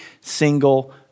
single